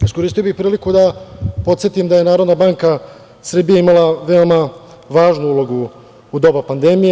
Iskoristio bih priliku da podsetim da je Narodne banke Srbije imala veoma važnu ulogu u doba pandemije.